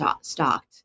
stocked